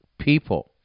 people